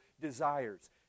desires